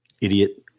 Idiot